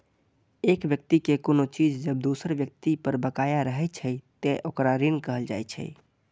एक व्यक्ति के कोनो चीज जब दोसर व्यक्ति पर बकाया रहै छै, ते ओकरा ऋण कहल जाइ छै